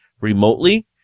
remotely